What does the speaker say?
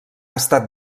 estat